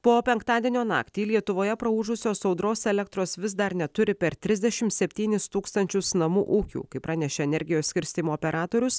po penktadienio naktį lietuvoje praūžusios audros elektros vis dar neturi per trisdešimt septynis tūkstančius namų ūkių kaip pranešė energijos skirstymo operatorius